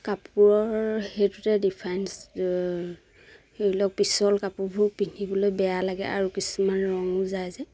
কাপোৰৰ সেইটোতে ডিফাইন্স ধৰি লওক পিছল কাপোৰবোৰ পিন্ধিবলৈ বেয়া লাগে আৰু কিছুমান ৰঙো যায় যে